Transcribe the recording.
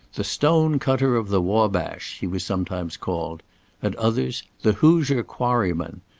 the stone-cutter of the wabash, he was sometimes called at others the hoosier quarryman,